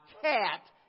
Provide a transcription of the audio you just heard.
cat